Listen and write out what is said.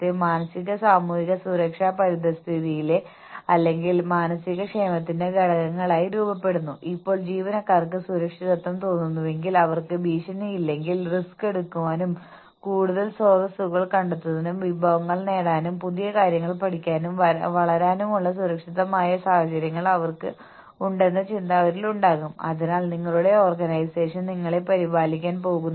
ടീമിന് ആനുകൂല്യങ്ങൾ നൽകുന്നതിന്റെ ടീമിനെ പ്രോത്സാഹിപ്പിക്കുന്നതിന്റെ ഗുണങ്ങൾ ലൈൻ തൊഴിലാളികൾക്ക് അവശ്യ സേവനങ്ങൾ നൽകുന്ന തൊഴിലാളികൾക്ക് പ്രതിഫലം നൽകുന്നത് സാധ്യമാക്കുന്നു എന്നാൽ സ്ഥിരമായ അടിസ്ഥാന വേതനം മാത്രം നൽകുന്ന പരോക്ഷ തൊഴിലാളികൾക്ക് ഇത് പ്രതിഫലം നൽകുന്നു